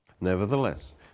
Nevertheless